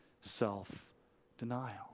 self-denial